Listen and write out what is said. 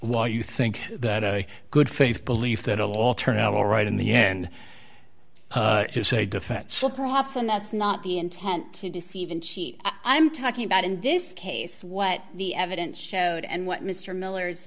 y you think that a good faith belief that all turn out all right in the end it's a defect so perhaps and that's not the intent to deceive and cheat i'm talking about in this case what the evidence showed and what mr miller